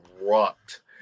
rocked